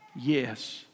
yes